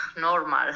normal